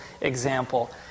example